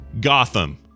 Gotham